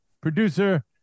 producer